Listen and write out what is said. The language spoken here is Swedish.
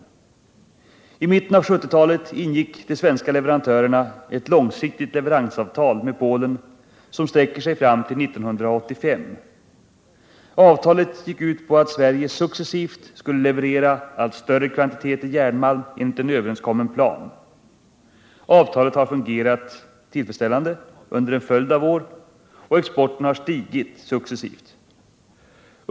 I mitten av 1970-talet ingick de svenska leverantörerna eu långsiktigt leveransavtal med Polen som sträcker sig fram till 1985. Avtalet gick ut på att Sverige successivt skulle leverera allt större kvantiteter järnmalm enligt en överenskommen plan. Avtalet har fungerat tillfredsställande under en följd av år, och exporten har stigit successivt.